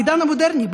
בעידן המודרני,